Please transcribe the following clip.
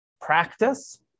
practice